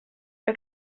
que